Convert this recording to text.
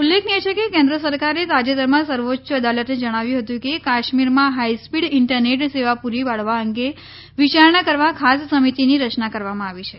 ઉલ્લેખનિય છે કે કેન્દ્ર સરકારે તાજેતરમાં સર્વોચ્ય અદાલતને જણાવ્યું હતું કે કાશ્મીરમાં હાઈસ્પીડ ઈન્ટરનેટ સેવા પૂરી પાડવા અંગે વિયારણા કરવા ખાસ સમિતીની રચના કરવામાં આવી છે